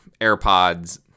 AirPods